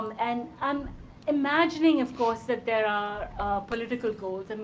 um and i'm imagining, of course, that there are political goals. and